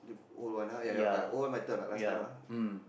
old one ah ya old one better last time ah